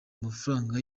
amafaranga